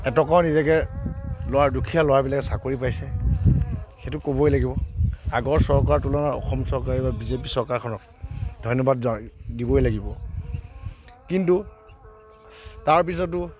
এটকাও নিদিয়াকৈ ল'ৰা দুখীয়া ল'ৰাবিলাকে চাকৰি পাইছে সেইটো ক'বই লাগিব আগৰ চৰকাৰৰ তুলনাত অসম চৰকাৰ বা বিজেপি চৰকাৰখনক ধন্যবাদ জনা দিবই লাগিব কিন্তু তাৰ পিছতো